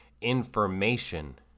information